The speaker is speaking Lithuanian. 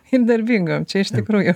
ir darbingam čia iš tikrųjų